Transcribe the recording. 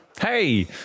Hey